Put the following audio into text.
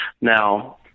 now